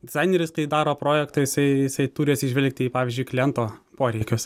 dizaineris kai daro projektą jisai jisai turi atsižvelgti į pavyzdžiui kliento poreikius